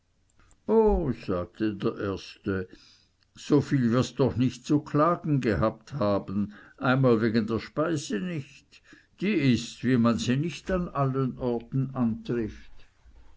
oh sagte der erste so viel wirst doch nicht zu klagen gehabt haben einmal wegen der speise nicht die ist wie man sie nicht an allen orten antrifft